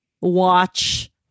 watch